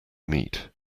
meat